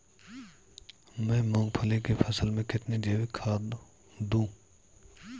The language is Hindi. मैं मूंगफली की फसल में कितनी जैविक खाद दूं?